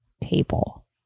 table